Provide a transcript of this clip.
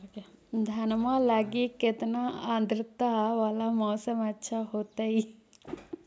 धनमा लगी केतना आद्रता वाला मौसम अच्छा होतई?